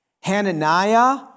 Hananiah